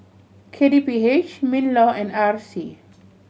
K T P H MinLaw and R C